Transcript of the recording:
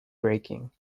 breaking